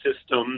system